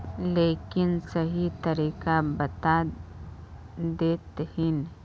लेकिन सही तरीका बता देतहिन?